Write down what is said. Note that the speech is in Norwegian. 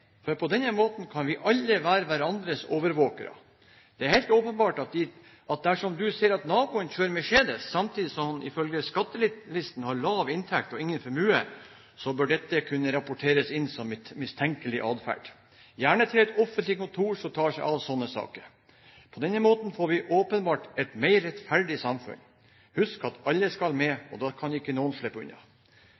for på denne måten kan vi alle være hverandres overvåkere. Det er helt åpenbart at dersom du ser at naboen kjører Mercedes samtidig som han ifølge skattelistene har lav inntekt og ingen formue, bør dette kunne rapporteres inn som mistenkelig adferd, gjerne til et offentlig kontor som tar seg av sånne saker. På denne måten får vi åpenbart et mer rettferdig samfunn. Husk at alle skal med,